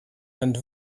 and